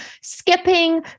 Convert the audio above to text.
skipping